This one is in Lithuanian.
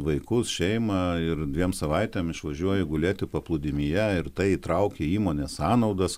vaikus šeimą ir dviem savaitėm išvažiuoji gulėti paplūdimyje ir į tai trauki įmonės sąnaudas